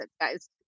guys